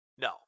No